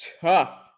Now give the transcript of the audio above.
tough